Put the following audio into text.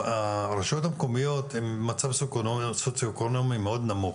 הרשויות המקומיות הן במצב סוציו אקונומי מאוד נמוך,